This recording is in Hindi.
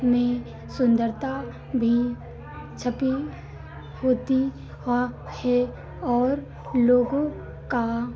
में सुन्दरता भी छपी होती और है और लोगों का